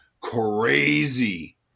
crazy